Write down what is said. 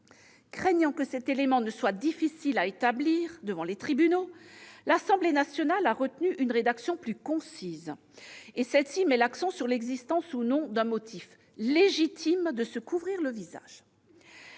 Redoutant que cet élément ne soit difficile à établir devant les tribunaux, l'Assemblée nationale a retenu une rédaction plus concise. Elle met l'accent sur l'existence ou non d'un motif légitime de se couvrir le visage.